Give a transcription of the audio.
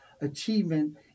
achievement